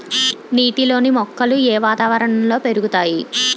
నీటిలోని మొక్కలు ఏ వాతావరణంలో పెరుగుతాయి?